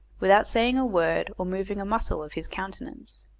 without saying a word or moving a muscle of his countenance.